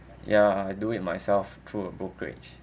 ya do it myself through a brokerage